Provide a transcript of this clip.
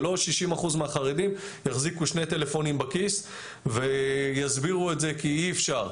שלא 60% מהחרדים יחזיקו שני טלפונים בכיס ויסבירו את זה כי אי אפשר.